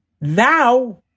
Now